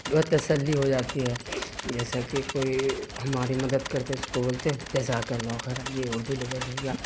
بہت تسلی ہو جاتی ہے جیسا کہ کوئی ہماری مدد کر دے اس کو بولتے جزاک اللہ خیراً یہ اردو لفظ گیا